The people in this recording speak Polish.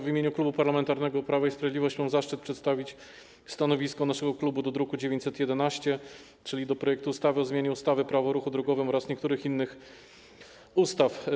W imieniu Klubu Parlamentarnego Prawo i Sprawiedliwość mam zaszczyt przedstawić stanowisko naszego klubu dotyczące druku nr 911, czyli projektu ustawy o zmianie ustawy - Prawo o ruchu drogowym oraz niektórych innych ustaw.